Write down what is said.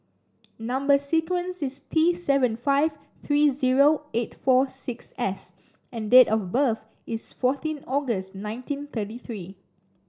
number sequence is T seven five three zero eight four six S and date of birth is fourteen August nineteen thirty three